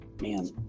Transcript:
Man